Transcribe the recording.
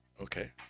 Okay